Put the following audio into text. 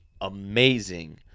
amazing